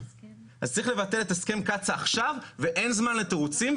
צריך לבטל את הסכם קצא"א עכשיו, אין זמן לתירוצים.